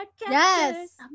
Yes